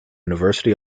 university